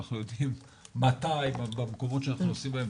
אנחנו יודעים במקומות שאנחנו נוסעים בהם,